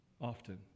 often